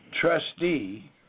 trustee